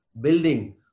building